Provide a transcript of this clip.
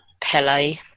Pele